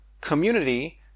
Community